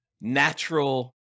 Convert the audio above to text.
natural